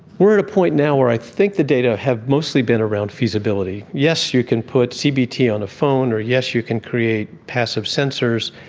are at a point now where i think the data has mostly been around visibility. yes, you can put cbt on a phone, or yes you can create passive sensors.